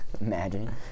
Imagine